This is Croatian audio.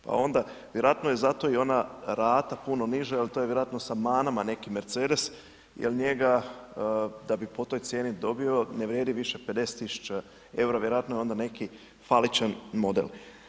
Pa onda, vjerojatno je zato ona rata puno niža, jer to je vjerojatno sa manama nekim Mercedes, jer njega da bi po toj cijeni dobio, ne vrijedi više 50 tisuća eura, vjerojatno je onda neki faličan model.